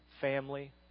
family